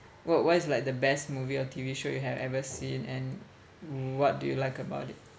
what what is like the best movie or T_V show you have ever seen and what do you like about it